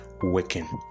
working